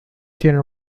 tienen